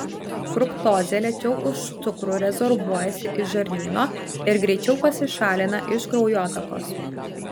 fruktozė lėčiau už cukrų rezorbuojasi iš žarnyno ir greičiau pasišalina iš kraujotakos